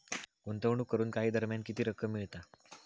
गुंतवणूक करून काही दरम्यान किती रक्कम मिळता?